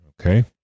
Okay